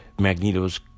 Magneto's